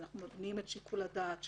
אנחנו נותנים את שיקול הדעת שלהם,